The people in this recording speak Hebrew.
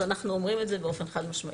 אנחנו אומרים את זה באופן חד משמעי.